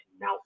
now